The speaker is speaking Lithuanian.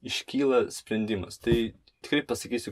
iškyla sprendimas tai tikrai pasakysiu